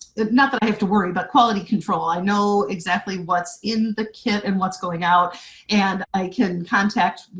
not that i have to worry, but quality control, i know exactly what's in the kit and what's going out and i can contact,